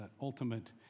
ultimate